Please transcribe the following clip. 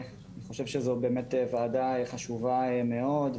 אני חושב שזו באמת ועדה חשובה מאוד,